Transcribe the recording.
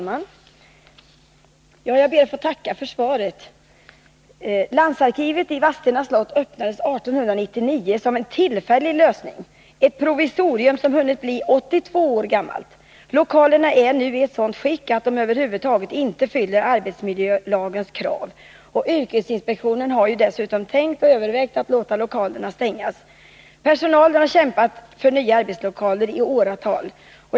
Fru talman! Jag ber att få tacka för svaret. Landsarkivet i Vadstena slott öppnades 1899 som en tillfällig lösning — ett provisorium som hunnit bli 82 år gammalt. Lokalerna är nu i ett sådant skick att de över huvud taget inte uppfyller arbetsmiljölagens krav. Yrkesinspektionen hart.o.m. övervägt att låta stänga lokalerna. Personalen har kämpat för nya arbetslokaler i åratal.